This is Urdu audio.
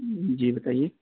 جی بتائیے